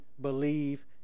believe